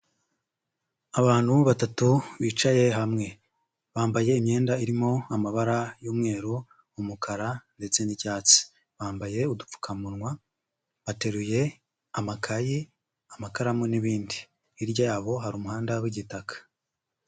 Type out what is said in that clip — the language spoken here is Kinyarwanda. Abantu batatu bicaye hamwe, bambaye imyenda irimo amabara y'umweru, umukara, ndetse n'icyatsi. Bambaye udupfukamunwa, bateruye amakaye, amakaramu, n'ibindi, hirya yabo hari umuhanda w'igitaka.